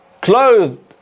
clothed